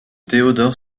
théodore